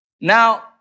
Now